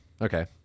Okay